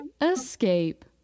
Escape